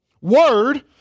Word